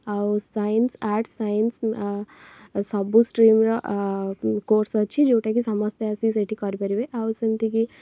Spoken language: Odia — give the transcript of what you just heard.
ଆଉ ସାଇନ୍ସ ଆର୍ଟ୍ସ ସାଇନ୍ସ ସବୁ ଷ୍ଟ୍ରିମ୍ର କୋର୍ସ ଅଛି ଯେଉଁଟା କି ସମସ୍ତେ ଆସି ସେଇଠି କରିପାରିବେ ଆଉ ସେମିତି କି